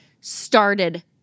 started